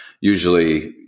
Usually